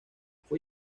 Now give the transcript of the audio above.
fue